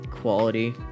quality